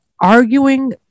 arguing